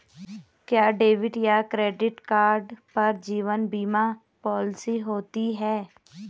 क्या डेबिट या credit card पर जीवन बीमा पॉलिसी होती है?